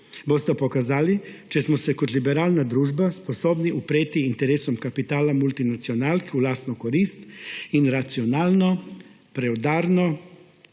bosta pokazalo, če smo se kot liberalna družba sposobni upreti interesom kapitala multinacionalk v lastno korist in racionalno, preudarno,